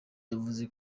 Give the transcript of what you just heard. yavuze